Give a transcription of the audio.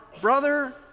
brother